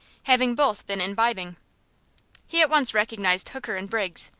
having both been imbibing he at once recognized hooker and briggs,